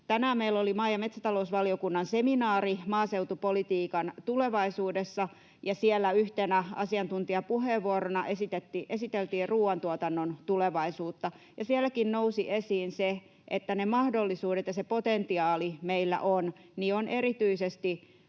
Tänään meillä oli maa- ja metsätalousvaliokunnan seminaari maaseutupolitiikan tulevaisuudesta, ja siellä yhtenä asiantuntijapuheenvuorona esiteltiin ruuantuotannon tulevaisuutta. Sielläkin nousi esiin, että ne mahdollisuudet ja se potentiaali meillä on erityisesti